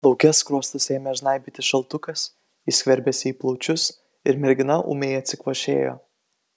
lauke skruostus ėmė žnaibyti šaltukas jis skverbėsi į plaučius ir mergina ūmiai atsikvošėjo